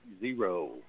zero